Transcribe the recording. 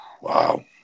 Wow